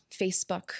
facebook